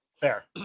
fair